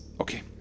Okay